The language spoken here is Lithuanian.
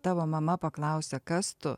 tavo mama paklausia kas tu